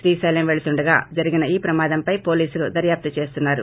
శ్రీశైలం పెళ్ళుతుండగా జరిగిన ఈ ప్రమాదంపై పోలీసులు దర్యాప్తు చేస్తున్నారు